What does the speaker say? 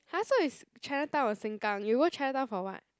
!huh! so is Chinatown or Sengkang you go Chinatown for [what]